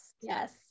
yes